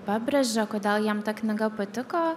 pabrėžė kodėl jiem ta knyga patiko